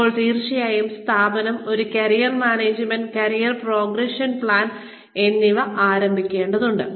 അപ്പോൾ തീർച്ചയായും സ്ഥാപനം ഒരു career management career progression plan എന്നിവ ആരംഭിക്കേണ്ടതുണ്ട്